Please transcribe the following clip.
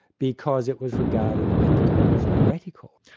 because it was regarded at the time as heretical.